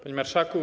Panie Marszałku!